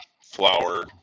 flour